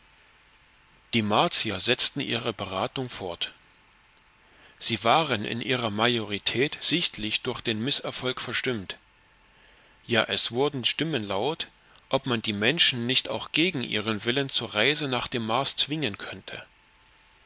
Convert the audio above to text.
die martier setzten ihre beratung fort sie waren in ihrer majorität sichtlich durch den mißerfolg verstimmt ja es wurden stimmen laut ob man die menschen nicht auch gegen ihren willen zur reise nach dem mars zwingen könne